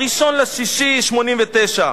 1 ביוני 1989,